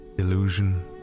illusion